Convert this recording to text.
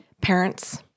parents